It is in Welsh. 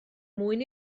mwyn